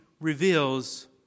reveals